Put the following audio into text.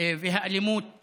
והאלימות